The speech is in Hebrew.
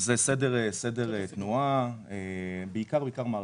מערכות להסדרת תנועה בעיקר.